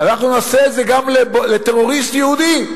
אנחנו נעשה את זה גם לטרוריסט יהודי.